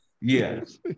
Yes